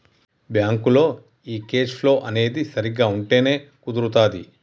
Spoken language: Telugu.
బ్యాంకులో ఈ కేష్ ఫ్లో అనేది సరిగ్గా ఉంటేనే కుదురుతాది